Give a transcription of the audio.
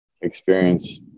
experience